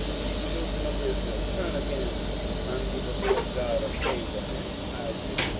ye children of israel, turn again unto the lord god of abraham, isaac,